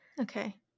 Okay